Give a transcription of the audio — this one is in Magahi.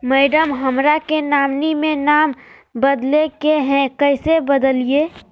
मैडम, हमरा के नॉमिनी में नाम बदले के हैं, कैसे बदलिए